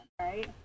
right